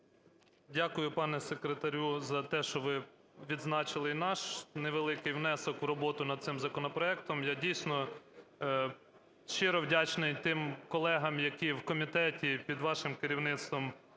Дякую пане секретарю за те, що ви відзначили і наш невеликий внесок у роботу над цим законопроектом. Я, дійсно, щиро вдячний тим колегам, які в комітеті під вашим керівництвом